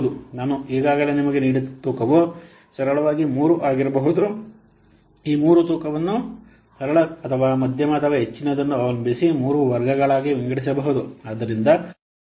ನಾನು ಈಗಾಗಲೇ ನಿಮಗೆ ನೀಡಿದ ತೂಕವು ಸರಳವಾಗಿ ಮೂರು ಆಗಿರಬಹುದು ಈ 3 ತೂಕವನ್ನು ಸರಳ ಅಥವಾ ಮಧ್ಯಮ ಅಥವಾ ಹೆಚ್ಚಿನದನ್ನು ಅವಲಂಬಿಸಿ ಮೂರು ವರ್ಗಗಳಾಗಿ ವಿಂಗಡಿಸಬಹುದು